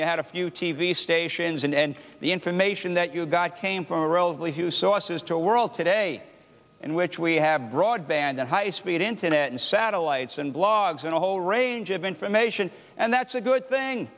you had a few t v stations in and the information that you got came from a relatively few sources to a world today in which we have broadband and high speed internet and satellites and blogs and a whole range of information and that's a good thing